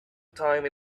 time